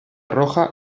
roja